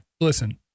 Listen